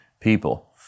people